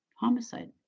homicide